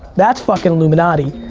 that's fuckin' illuminati.